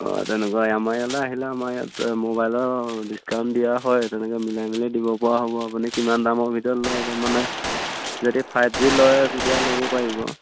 অঁ তেনেকুৱাই আমাৰ ইয়ালৈ আহিলে আমাৰ ইয়াত মোবাইলৰ ডিচকাউণ্ট দিয়া হয় তেনেকৈ মিলাই মেলি দিব পৰা হ'ব আপুনি কিমান দামৰ ভিতৰত লয় যে মানে যেদি ফাইভ জি লয় তেতিয়া ল'ব পাৰিব